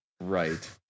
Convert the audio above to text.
Right